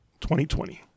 2020